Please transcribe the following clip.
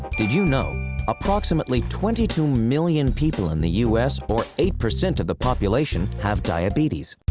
did you know approximately twenty two million people in the u s, or eight percent of the population, have diabetes.